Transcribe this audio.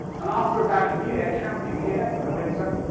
and after about a year camping here for the winter,